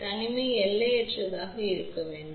தனிமை எல்லையற்றதாக இருக்க விரும்புகிறோம்